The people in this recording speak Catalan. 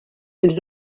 els